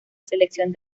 selección